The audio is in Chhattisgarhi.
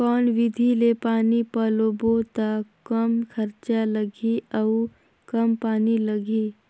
कौन विधि ले पानी पलोबो त कम खरचा लगही अउ कम पानी लगही?